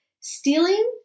stealing